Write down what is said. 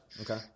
okay